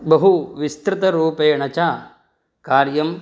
बहुविस्तृतरूपेण च कार्यं